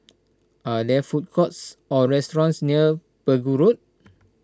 are there food courts or restaurants near Pegu Road